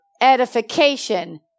Edification